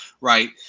right